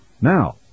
Now